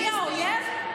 מי האויב?